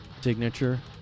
signature